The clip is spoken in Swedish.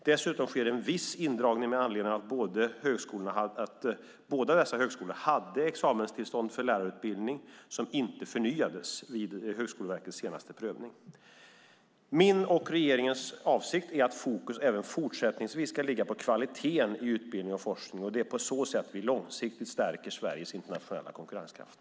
Dessutom sker en viss indragning med anledning av att båda dessa högskolor hade examenstillstånd för lärarutbildning som inte förnyades vid Högskoleverkets senaste prövning. Min och regeringens avsikt är att fokus även fortsättningsvis ska ligga på kvaliteten i utbildning och forskning. Det är på så sätt vi långsiktigt stärker Sveriges internationella konkurrenskraft.